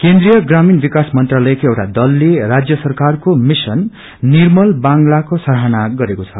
केन्द्रिय प्रामीण विकास मंत्रालयको एउटा दलले राज्य सरकारको मिशन निर्मल बंगालको सराहना गरेको छ